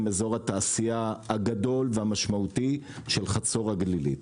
אזור התעשייה הגדול והמשמעותי של חצור הגלילית,